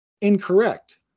incorrect